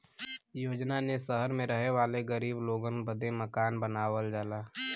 योजना ने सहर मे रहे वाले गरीब लोगन बदे मकान बनावल जाला